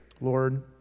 Lord